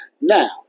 Now